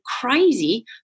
crazy